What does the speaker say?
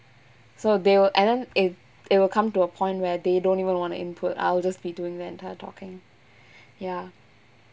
so they will and then if it will come to a point where they don't even want to input I will just be doing the entire talking ya